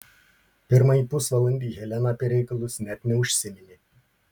pirmąjį pusvalandį helena apie reikalus net neužsiminė